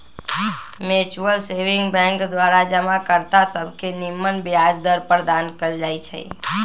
mutual saving bank द्वारा जमा कर्ता सभके निम्मन ब्याज दर प्रदान कएल जाइ छइ